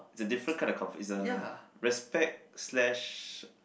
is the different kind of comfort is the respect slash